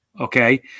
Okay